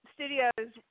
Studios